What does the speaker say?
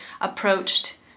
approached